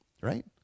Right